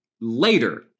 later